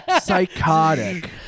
psychotic